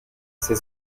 ces